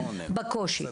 הקושי.